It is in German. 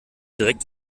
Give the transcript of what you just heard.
direkt